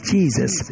Jesus